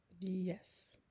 Yes